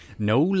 no